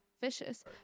vicious